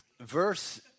verse